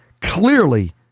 clearly